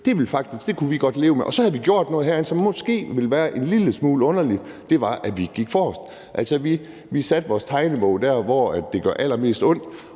Det kunne vi faktisk godt leve med. Og så havde vi gjort noget herinde, som måske ville være en lille smule underligt, og det var at gå forrest – altså at vi satte vores tegnebog der, hvor det gør allermest ondt,